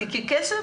'תיקחי כסף',